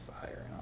fire